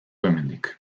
hemendik